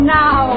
now